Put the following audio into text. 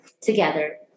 together